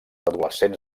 adolescents